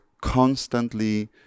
constantly